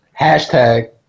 Hashtag